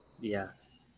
yes